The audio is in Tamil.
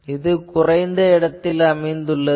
இது குறைந்த இடத்தில் அமைந்துள்ளது